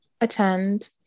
Attend